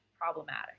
problematic